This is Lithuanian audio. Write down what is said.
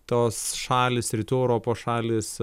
tos šalys rytų europos šalys